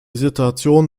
situation